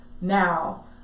Now